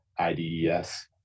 IDES